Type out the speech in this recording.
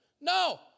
No